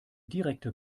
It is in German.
direkte